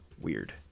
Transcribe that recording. Weird